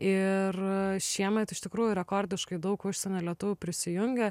ir šiemet iš tikrųjų rekordiškai daug užsienio lietuvių prisijungė